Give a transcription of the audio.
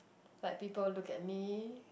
like people look at me